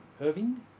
Irving